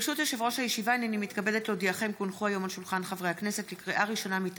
אדוני היושב-ראש, חבריי חברי הכנסת, ולפני